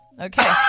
Okay